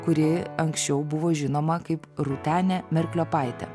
kuri anksčiau buvo žinoma kaip rūtenė merkliopaitė